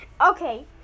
Okay